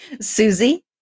Susie